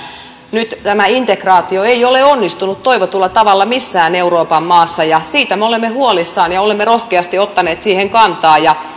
nyt tämä integraatio ei ole onnistunut toivotulla tavalla missään euroopan maassa ja siitä me olemme huolissamme ja olemme rohkeasti ottaneet siihen kantaa ja